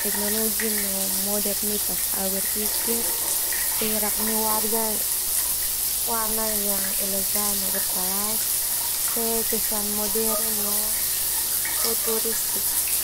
teknologi no modernitas. Au berpikir perak warna yang elegan no berkelas fe kesan modern no futuristik.